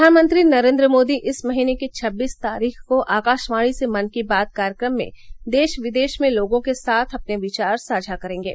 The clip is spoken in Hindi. प्रधानमंत्री नरेन्द्र मोदी इस महीने की छब्बीस तारीख को आकाशवाणी से मन की बात कार्यक्रम में देश विदेश में लोगों के साथ अपने विचार साझा करेंगे